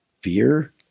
fear